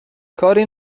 کاری